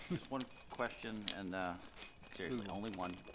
one question and seriously only one